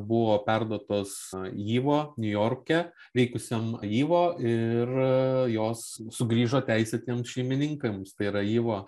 buvo perduotos yvo niujorke veikusiam yvo ir jos sugrįžo teisėtiem šeimininkams tai yra yvo